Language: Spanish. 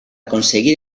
conseguir